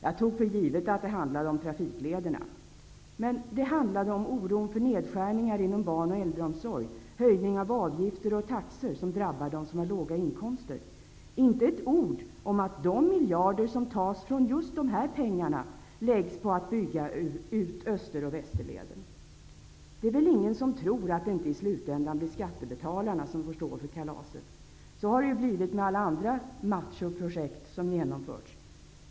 Jag tog för givet att det handlade om trafiklederna. Men det handlade om oron för nedskärningar inom barn och äldreomsorg, om höjningen av avgifter och taxor som drabbar de som har låga inkomster. Inte ett ord sades om att de miljarder som tas från just de här pengarna läggs på en utbyggnad av Öster och Västerlederna. Det är väl ingen som tror att det i slutänden inte blir skattbetalarna som får stå för kalaset. Så har det ju blivit när det gäller alla andra machoprojekt som genomförts.